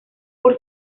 por